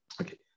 Okay